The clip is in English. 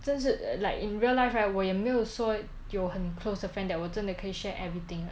真的是 like in real life right 我也没有说有很 close 的 friend that 我真的可以 share everything